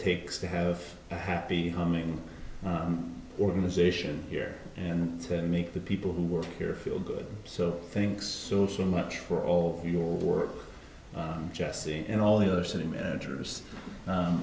takes to have a happy humming organization here and to make the people who work here feel good so thinks so so much for all your work jesse and all the other city managers